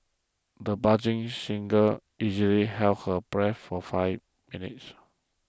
the budding singer easily held her breath for five minutes